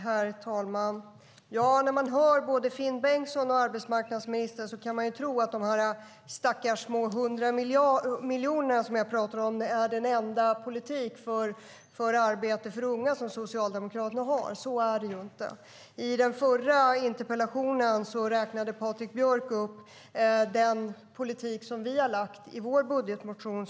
Herr talman! När man hör både Finn Bengtsson och arbetsmarknadsministern kan man tro att de stackars 100 miljonerna som jag talar om är den enda politik för arbete för unga som Socialdemokraterna har. Så är det inte. I den förra interpellationsdebatten redogjorde Patrik Björck för politiken i vår budgetmotion.